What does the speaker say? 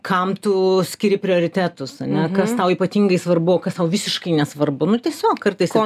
kam tu skiri prioritetus ane kas tau ypatingai svarbu kad tau visiškai nesvarbu nu tiesiog kartais